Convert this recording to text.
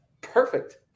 perfect